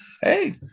Hey